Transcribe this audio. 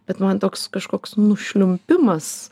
bet man toks kažkoks nušliumpimas